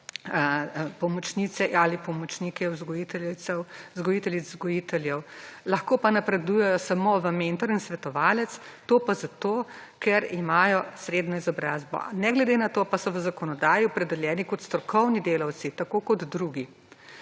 pomočnice ali pomočniki vzgojiteljic in vzgojiteljev. Lahko pa napredujejo samo v mentorja in svetovalca, to pa zato, ker imajo srednjo izobrazbo. Ne glede na to pa so v zakonodaji opredeljeni kot strokovni delavci, tako kot drugi.